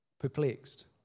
perplexed